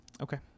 Okay